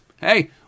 hey